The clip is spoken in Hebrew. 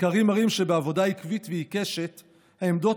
הסקרים מראים שבעבודה עקבית ועיקשת העמדות